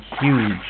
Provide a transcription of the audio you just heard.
huge